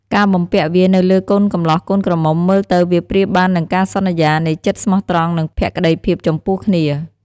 ការបំពាក់វានៅលើកូនកម្លោះកូនក្រមុំ មើលទៅវាប្រៀបបាននឹងការសន្យានៃចិត្តស្មោះត្រង់ និងភក្តីភាពចំពោះគ្នា។